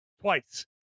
Twice